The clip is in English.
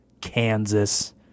Kansas